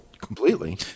completely